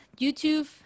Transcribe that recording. YouTube